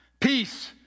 Peace